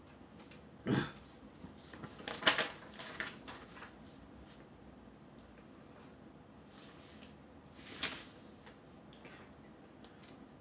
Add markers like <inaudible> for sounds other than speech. <coughs> <noise>